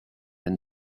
and